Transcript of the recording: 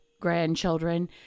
grandchildren